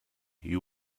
you